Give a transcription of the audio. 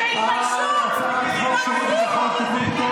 שיתביישו להם.